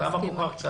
אני מסכימה.